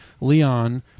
leon